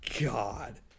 God